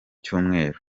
cyumweru